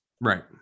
right